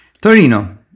Torino